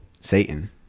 Satan